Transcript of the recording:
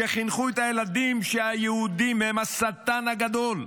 שחינכו את הילדים שהיהודים הם השטן הגדול.